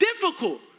difficult